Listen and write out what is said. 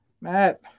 Matt